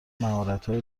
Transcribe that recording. مهارتهای